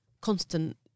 constant